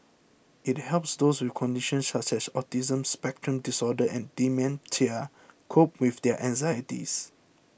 it helps those with conditions such as autism spectrum disorder and dementia cope with their anxieties